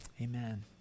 Amen